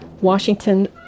Washington